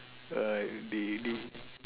uh they they